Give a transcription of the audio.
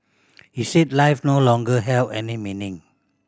he said life no longer held any meaning